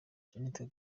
jeannette